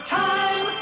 time